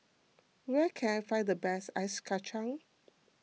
where can I find the best Ice Kacang